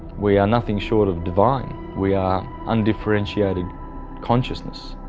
we are nothing short of divine. we are undifferentiated consciousness.